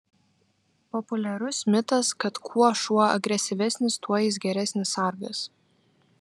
populiarus mitas kad kuo šuo agresyvesnis tuo jis geresnis sargas